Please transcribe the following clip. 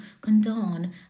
condone